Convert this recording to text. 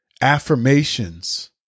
affirmations